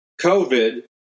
COVID